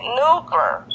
nuclear